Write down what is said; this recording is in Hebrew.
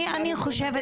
אני חושבת